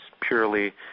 purely